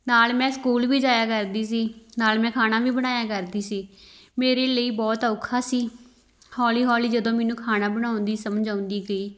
ਨਾਲ ਮੈਂ ਸਕੂਲ ਵੀ ਜਾਇਆ ਕਰਦੀ ਸੀ ਨਾਲ ਮੈਂ ਖਾਣਾ ਵੀ ਬਣਾਇਆ ਕਰਦੀ ਸੀ ਮੇਰੇ ਲਈ ਬਹੁਤ ਔਖਾ ਸੀ ਹੌਲੀ ਹੌਲੀ ਜਦੋਂ ਮੈਨੂੰ ਖਾਣਾ ਬਣਾਉਣ ਦੀ ਸਮਝ ਆਉਂਦੀ ਗਈ